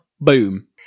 Boom